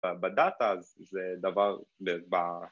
‫בדאטה זה דבר...